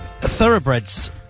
Thoroughbreds